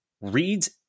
reads